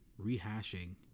rehashing